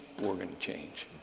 we're going to change.